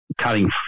cutting